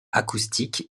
acoustiques